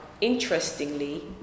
interestingly